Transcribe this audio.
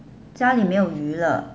家里没有鱼了